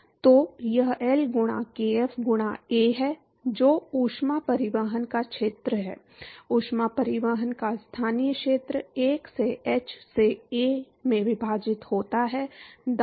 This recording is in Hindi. तो यह L गुणा kf गुणा A है जो ऊष्मा परिवहन का क्षेत्र है ऊष्मा परिवहन का स्थानीय क्षेत्र 1 से h से A में विभाजित होता है दाएँ